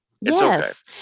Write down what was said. Yes